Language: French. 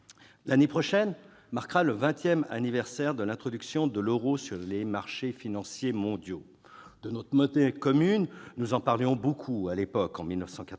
L'année prochaine marquera le 20 anniversaire de l'introduction de l'euro sur les marchés financiers mondiaux. De notre monnaie commune, nous parlions déjà beaucoup à l'époque, en 1999.